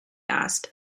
asked